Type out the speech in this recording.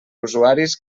usuaris